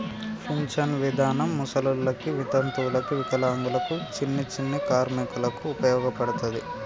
pension విధానం ముసలోళ్ళకి వితంతువులకు వికలాంగులకు చిన్ని చిన్ని కార్మికులకు ఉపయోగపడతది